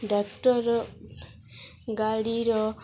doctor ଗାଡ଼ିର